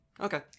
Okay